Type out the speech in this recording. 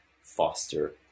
foster